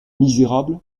misérable